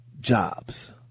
jobs